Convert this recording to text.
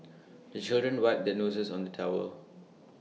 the children wipe their noses on the towel